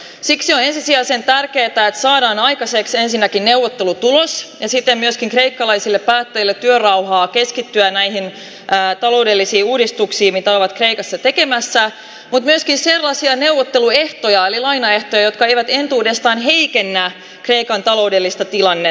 siksi on ensisijaisen tärkeätä että saadaan aikaiseksi ensinnäkin neuvottelutulos ja siten myöskin kreikkalaisille päättäjille työrauha keskittyä näihin taloudellisiin uudistuksiin mitä ovat kreikassa tekemässä mutta myöskin sellaisia neuvotteluehtoja eli lainaehtoja jotka eivät entuudestaan heikennä kreikan taloudellista tilannetta